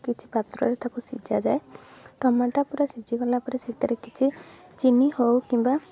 କିଛି ପାତ୍ରରେ ତାକୁ ସିଝାଯାଏ ଟମାଟୋଟା ପୁରା ସିଝି ଗଲାପରେ ସେଥିରେ କିଛି ଚିନି ହେଉ କିମ୍ବା